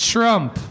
Trump